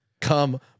Come